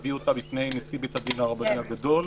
בפני נשיא בית הדין הרבני הגדול,